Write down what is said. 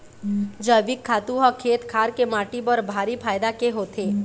जइविक खातू ह खेत खार के माटी बर भारी फायदा के होथे